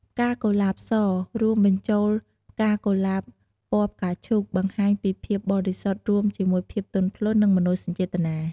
ផ្កាកុលាបស រួមបញ្ចូលផ្កាកុលាបពណ៌ផ្កាឈូក បង្ហាញពីភាពបរិសុទ្ធរួមជាមួយភាពទន់ភ្លន់ និងមនោសញ្ចេតនា។